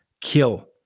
kill